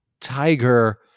Tiger